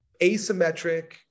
asymmetric